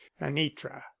anitra